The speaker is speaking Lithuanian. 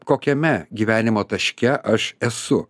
kokiame gyvenimo taške aš esu